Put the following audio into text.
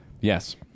Yes